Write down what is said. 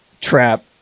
Trap